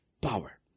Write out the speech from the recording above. power